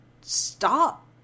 stop